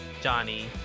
Johnny